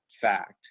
fact